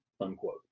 unquote